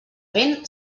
vent